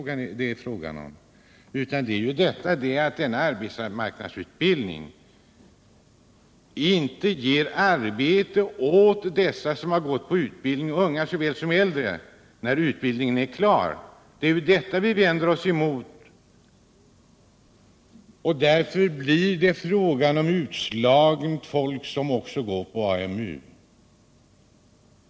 Vad vi vänder oss mot = yrkesinriktad är att denna utbildning inte ger arbete åt dem som deltagit i utbildningen, rehabilitering unga lika litet som äldre. Därför blir det utslaget folk som i stor utm.m. sträckning går på AMU.